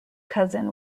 cousin